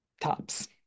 tops